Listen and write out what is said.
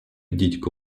дідько